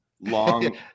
Long